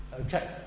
okay